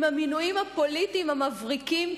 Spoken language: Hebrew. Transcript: עם המינויים הפוליטיים המבריקים,